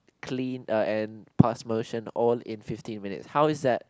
clean and pass motion all in fifteen minutes how is that